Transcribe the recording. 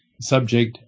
subject